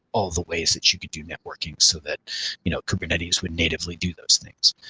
all the ways that you could do networking so that you know kubernetes would natively do those things.